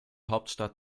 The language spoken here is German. hauptstadt